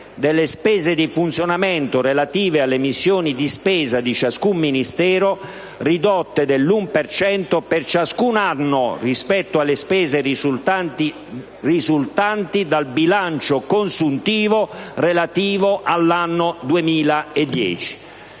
delle spese di funzionamento relative alle missioni di spesa di ciascuno Ministero, ridotte dell'1 per cento per ciascun anno, rispetto alle spese risultanti dal bilancio consuntivo relativo all'anno 2010.